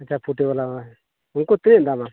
ᱟᱪᱪᱷᱟ ᱩᱱᱠᱩ ᱛᱤᱱᱟᱹᱜ ᱫᱟᱢᱟ